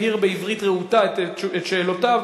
הבהיר בעברית רהוטה את שאלותיו,